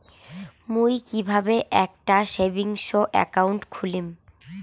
মুই কিভাবে একটা সেভিংস অ্যাকাউন্ট খুলিম?